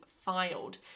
filed